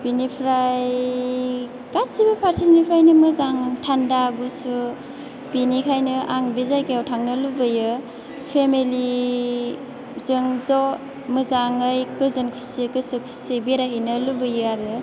बिनिफ्राय गासैबो फारसेनिफ्रायनो मोजां थान्दा गुसु बिनिखायनो आं बे जायगायाव थांनो लुबैयो फेमेलि जों ज' मोजाङै गोजोन खुसि गोसो खुसि बेरायहैनो लुबैयो आरो